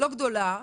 לא גדולה.